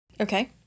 Okay